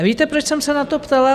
Víte, proč jsem se na to ptala?